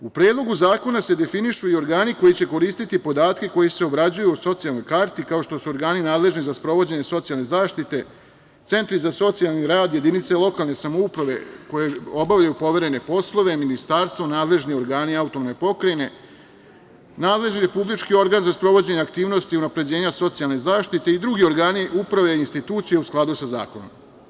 U Predlogu zakona se definišu i organi koji će koristiti podatke koji se obrađuju u socijalnoj karti, kao što su organi nadležni za sprovođenje socijalne zaštite, centri za socijalni rad, jedinice lokalne samouprave koje obavljaju poverene poslove, ministarstvo, nadležni organi autonomne pokrajine, nadležni republički organ za sprovođenje aktivnosti unapređenja socijalne zaštite i drugi organi uprave i institucija u skladu sa zakonom.